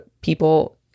people